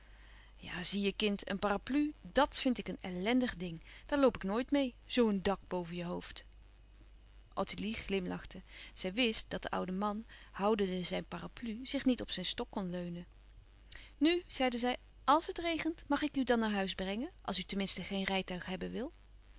ja zie je kind een parapluie dat vind ik een ellendig ding daar loop ik nooit meê zoo een dak boven je hoofd ottilie glimlachte zij wist dat de oude man houdende zijn parapluie zich niet op zijn stok kon steunen nu zeide zij àls het regent mag ik u dan naar huis brengen als u ten minste geen rijtuig hebben wil